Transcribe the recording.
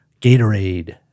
Gatorade